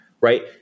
right